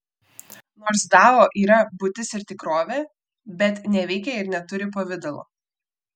nors dao yra būtis ir tikrovė bet neveikia ir neturi pavidalo